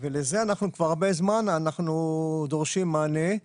ולזה כבר הרבה זמן אנחנו דורשים מענה.